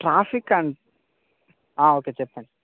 traffic అన్ okay చెప్పండి